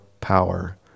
power